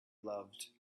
loved